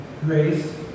grace